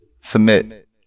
Submit